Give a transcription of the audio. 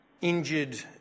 injured